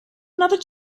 another